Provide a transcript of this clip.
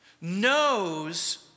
knows